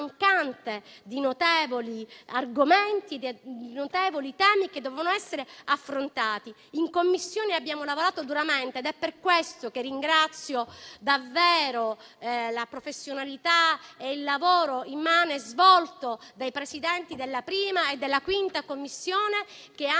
di notevoli argomenti e temi che devono essere affrontati. In Commissione abbiamo lavorato duramente ed è per questo che ringrazio davvero per la professionalità dimostrata e il lavoro immane svolto dai Presidenti della 1a e della 5a Commissione, che hanno